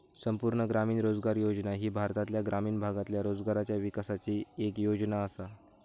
संपूर्ण ग्रामीण रोजगार योजना ही भारतातल्या ग्रामीण भागातल्या रोजगाराच्या विकासाची येक योजना आसा